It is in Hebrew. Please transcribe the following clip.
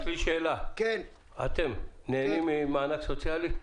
אתם נהנים ממענק סוציאלי?